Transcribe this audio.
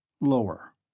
lower